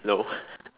no